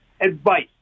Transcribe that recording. advice